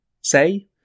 say